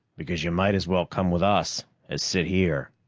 because you might as well come with us as sit here.